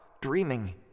dreaming